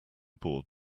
bored